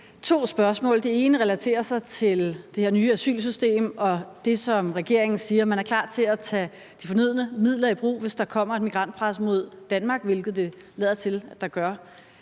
to spørgsmål, og det ene relaterer sig til det her nye asylsystem og det, som regeringen siger om, at man er klar til at tage de fornødne midler i brug, hvis der kommer et migrantpres mod Danmark, hvilket det lader til at der